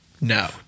No